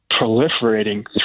proliferating